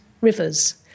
rivers